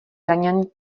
raněn